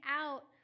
out